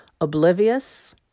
oblivious